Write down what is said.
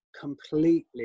completely